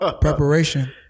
Preparation